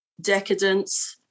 decadence